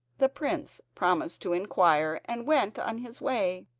the prince promised to inquire, and went on his way.